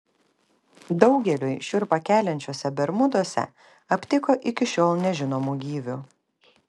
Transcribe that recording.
daugeliui šiurpą keliančiuose bermuduose aptiko iki šiol nežinomų gyvių